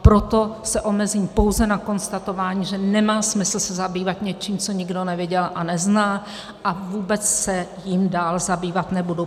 Proto se omezím pouze na konstatování, že nemá smysl se zabývat něčím, co nikdo neviděl a nezná, a vůbec se jím dál zabývat nebudu.